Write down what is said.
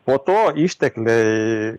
po to ištekliai